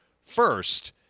first